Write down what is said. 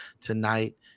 tonight